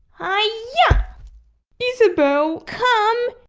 i mean yeah isabelle. come.